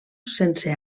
sense